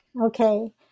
Okay